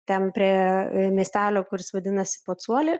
ten prie miestelio kuris vadinasi pocuoli